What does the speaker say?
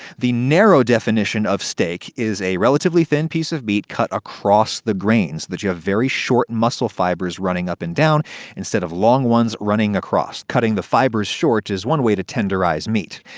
the narrow definition of steak is a relatively thin piece of meat cut across the grain, so that you have very short muscle fibers running up and down instead of long ones running across. cutting the fibers short is one way to tenderize meat.